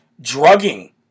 drugging